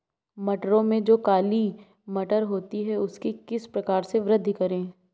मटरों में जो काली मटर होती है उसकी किस प्रकार से वृद्धि करें?